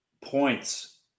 points